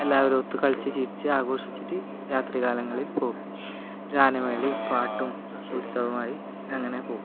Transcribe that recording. എല്ലാവരും ഒത്തു കളിച്ചു ചിരിച്ച് ആഘോഷിച്ചിട്ട് രാത്രി കാലങ്ങളിൽ പോകും ഗാനമേളയും പാട്ടും ഉത്സവമായി അങ്ങനെ പോകും